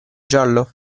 giallo